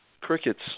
Crickets